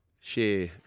share